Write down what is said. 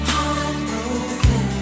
Heartbroken